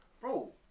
bro